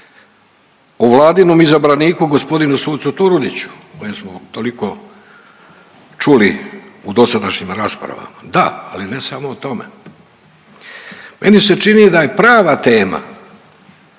O vladinom izabraniku gospodinu sucu Turudiću o kojem smo toliko čuli u dosadašnjim raspravama. Da, ali ne samo o tome. Meni se čini da je prava tema